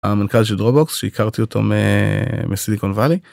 המנכ"ל של דרובוקס שהכרתי אותו מסיליקון וואלי.